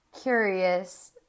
curious